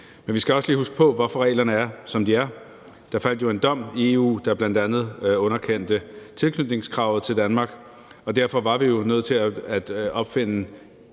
Men vi skal også lige huske på, hvorfor reglerne er, som de er. Der faldt jo en dom i EU, der bl.a. underkendte tilknytningskravet til Danmark, og derfor var vi jo nødt til at opfinde